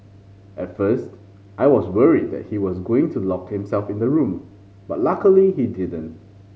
at first I was worried that he was going to lock himself in the room but luckily he didn't